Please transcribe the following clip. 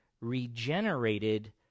regenerated